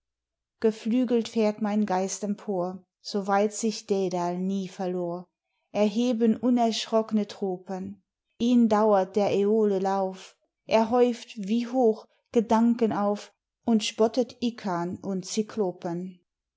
geflügelt fährt mein geist empor soweit sich dädal nie verlor erheben unerschrockne tropen ihn dauert der aeole lauf er häuft wie hoch gedanken auf und spottet jearn und